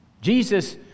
Jesus